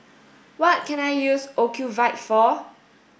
what can I use Ocuvite for